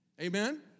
Amen